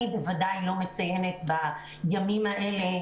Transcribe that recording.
אני בוודאי לא מציינת בימים האלה,